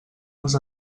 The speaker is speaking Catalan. els